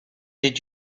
did